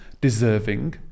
deserving